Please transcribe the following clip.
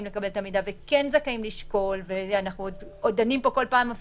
לקבל את המידע וזכאים לשקול שיקולים אחרים.